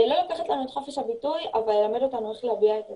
לא לקחת לנו את חופש הביטוי אבל ללמד אותנו איך להביע את הדעה.